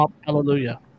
hallelujah